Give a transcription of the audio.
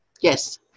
Yes